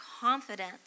confidence